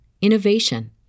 innovation